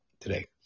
today